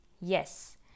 yes